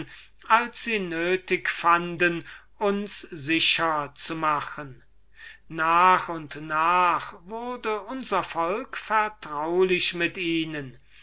als sie nötig fanden uns sicher zu machen nach und nach wurde unser volk vertraulich mit ihnen